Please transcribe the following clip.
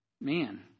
Man